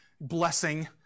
blessing